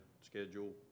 schedule